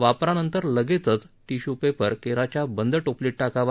वापरानंतर लगेचच टिश्यपेपर केराच्या बंद टोपलीत टाकावा